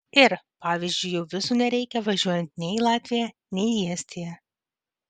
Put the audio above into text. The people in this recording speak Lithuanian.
ir pavyzdžiui jau vizų nereikia važiuojant nei į latviją nei į estiją